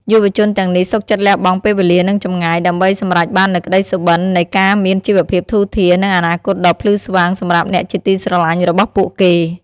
យុវជនទាំងនេះសុខចិត្តលះបង់ពេលវេលា និងចម្ងាយ ដើម្បីសម្រេចបាននូវក្តីសុបិននៃការមានជីវភាពធូរធារ និងអនាគតដ៏ភ្លឺស្វាងសម្រាប់អ្នកជាទីស្រលាញ់របស់ពួកគេ។